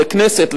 לכנסת,